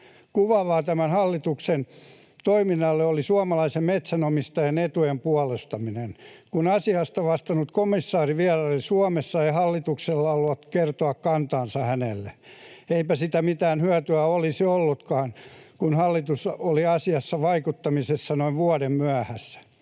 Kuvaavaa tämän hallituksen toiminnalle oli suomalaisen metsänomistajan etujen puolustaminen: kun asiasta vastannut komissaari vieraili Suomessa, ei hallituksella ollut kertoa kantaansa hänelle. Eipä siitä mitään hyötyä olisi ollutkaan, kun hallitus oli asiassa vaikuttamisessa noin vuoden myöhässä.